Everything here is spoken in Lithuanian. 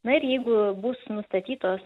na ir jeigu bus nustatytos